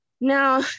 Now